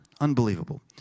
Unbelievable